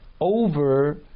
over